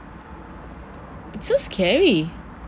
so scary